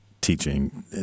teaching